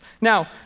Now